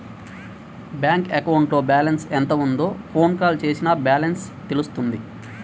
bank అకౌంట్లో balance ఎంత ఉందో ఫోన్ కాల్ చేసినా బ్యాలెన్స్ తెలుస్తుంది